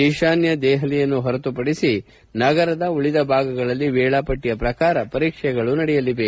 ಈಶಾನ್ಯ ದೆಹಲಿಯನ್ನು ಹೊರತುಪಡಿಸಿ ನಗರದ ಉಳಿದ ಭಾಗಗಳಲ್ಲಿ ವೇಳಾಪಟ್ಟಿಯ ಪ್ರಕಾರ ಪರೀಕ್ಷೆಗಳು ನಡೆಯಲಿವೆ